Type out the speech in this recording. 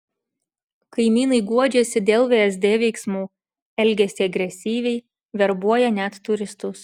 kaimynai guodžiasi dėl vsd veiksmų elgiasi agresyviai verbuoja net turistus